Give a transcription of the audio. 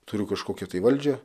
turiu kažkokią tai valdžia